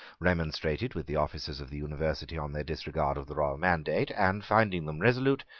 remonstrated with the officers of the university on their disregard of the royal mandate, and, finding them resolute,